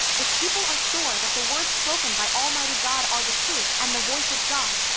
if people are sure that the words spoken by almighty god are the truth and the voice of god,